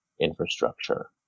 infrastructure